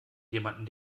jemanden